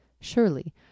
Surely